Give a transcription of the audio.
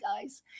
guys